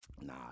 nah